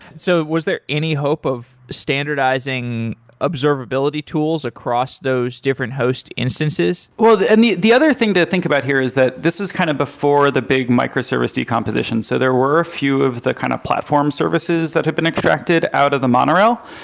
so was there any hope of standardizing observability tools across those different host instances? the and the other thing to think about here is that this is kind of before the big micro service decomposition. so there were few of the kind of platform services that have been extracted out of the monorail,